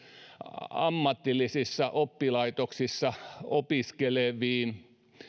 ammatillisissa oppilaitoksissa opiskeleviin